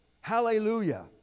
hallelujah